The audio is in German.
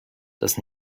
dass